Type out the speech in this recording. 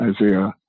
isaiah